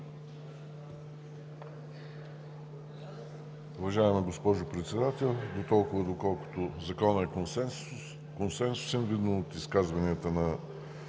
Уважаема госпожо Председател, дотолкова доколкото Законът е консенсусен – видно от изказванията на